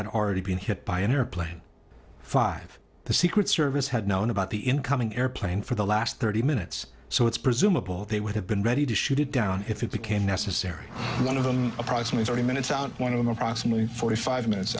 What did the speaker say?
had already been hit by an airplane five the secret service had known about the incoming airplane for the last thirty minutes so it's presumable they would have been ready to shoot it down if it became necessary one of them approximately thirty minutes out one of them approximately forty five minutes